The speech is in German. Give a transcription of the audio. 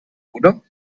oder